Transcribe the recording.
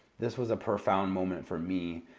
this was a profound moment for me,